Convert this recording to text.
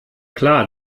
klar